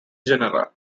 genera